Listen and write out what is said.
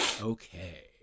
Okay